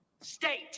State